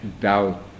doubt